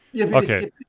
Okay